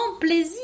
plaisir